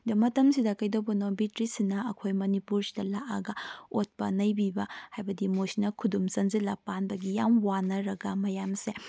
ꯑꯗꯣ ꯃꯇꯝꯁꯤꯗ ꯀꯩꯗꯧꯕꯅꯣ ꯕ꯭ꯔꯤꯇ꯭ꯔꯤꯁꯁꯤꯅ ꯑꯩꯈꯣꯏ ꯃꯅꯤꯄꯨꯔꯁꯤꯗ ꯂꯥꯛꯑꯒ ꯑꯣꯠꯄ ꯅꯩꯕꯤꯕ ꯍꯥꯏꯕꯗꯤ ꯃꯣꯏꯁꯤꯅ ꯈꯨꯗꯨꯝ ꯆꯟꯖꯤꯜꯂꯒ ꯄꯥꯟꯕꯒꯤ ꯌꯥꯝꯅ ꯋꯥꯅꯔꯒ ꯃꯌꯥꯝꯁꯦ